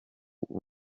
ashaka